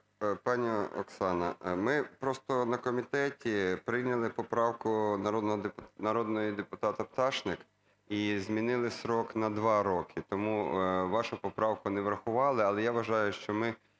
Пані Оксана, ми просто на комітеті прийняли поправку народного депутата Пташник і змінили строк на 2 роки, тому вашу поправку не врахували. Але, я вважаю, що ми